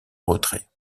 retrait